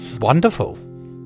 Wonderful